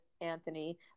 Anthony